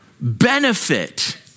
benefit